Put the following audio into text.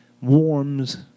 warms